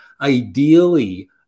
ideally